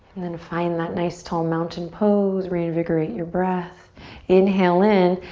and then find that nice tall mountain pose, reinvigorate your breath inhale in.